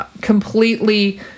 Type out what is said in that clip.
completely